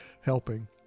helping